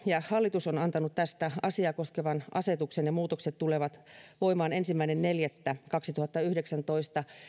ja hallitus on antanut tätä asiaa koskevan asetuksen muutokset tulevat voimaan ensimmäinen neljättä kaksituhattayhdeksäntoista